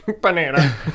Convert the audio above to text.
Banana